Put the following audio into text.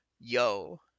Yo